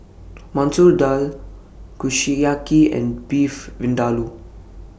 Masoor Dal Kushiyaki and Beef Vindaloo